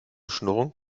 schnurren